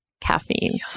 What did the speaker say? caffeine